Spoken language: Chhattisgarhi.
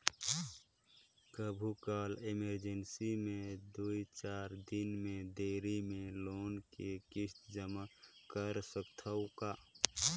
कभू काल इमरजेंसी मे दुई चार दिन देरी मे लोन के किस्त जमा कर सकत हवं का?